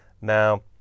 Now